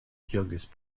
youngest